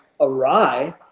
awry